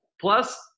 Plus